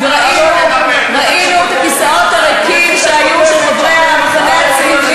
וראינו את הכיסאות הריקים של חברי המחנה הציוני,